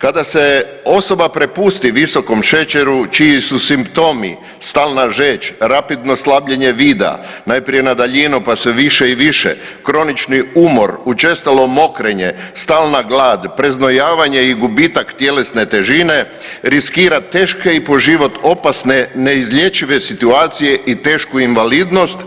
Kada se osoba prepusti visokom šećeru čiji su simptomi stalna žeđ, rapidno slabljenje vida, najprije na daljinu pa sve više i više, kronični umor, učestalo mokrenje, stalna glad, preznojavanje i gubitak tjelesne težine riskira teške i po život opasne neizlječive situacije i tešku invalidnost